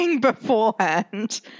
beforehand